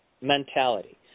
mentality